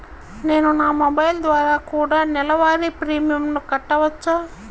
నేను నా మొబైల్ ద్వారా కూడ నెల వారి ప్రీమియంను కట్టావచ్చా?